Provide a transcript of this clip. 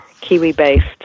Kiwi-based